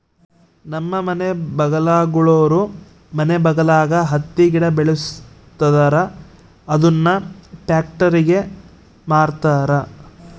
ನಮ್ಮ ಮನೆ ಬಗಲಾಗುಳೋರು ಮನೆ ಬಗಲಾಗ ಹತ್ತಿ ಗಿಡ ಬೆಳುಸ್ತದರ ಅದುನ್ನ ಪ್ಯಾಕ್ಟರಿಗೆ ಮಾರ್ತಾರ